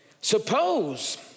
suppose